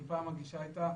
אם פעם הגישה הייתה: